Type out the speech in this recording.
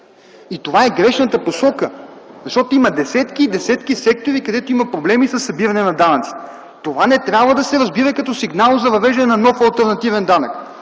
Това е грешната посока, защото има десетки и десетки сектори, където има проблеми със събиране на данъците. Това не трябва да се разбира като сигнал за въвеждането на нов алтернативен данък,